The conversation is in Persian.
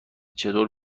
چطور